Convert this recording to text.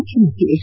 ಮುಖ್ಯಮಂತ್ರಿ ಎಚ್